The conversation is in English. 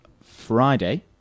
Friday